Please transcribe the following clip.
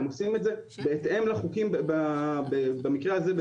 הם עושים את זה בהתאם לחוקים בארצות הברית,